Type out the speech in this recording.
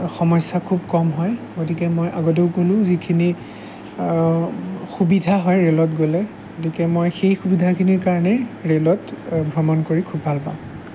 সমস্যা খুব কম হয় গতিকে মই আগতেও কোনো যিখিনি সুবিধা হয় ৰেলত গ'লে গতিকে মই সেই সুবিধাখিনিৰ কাৰণেই ৰেলত ভ্ৰমণ কৰি খুব ভালপাওঁ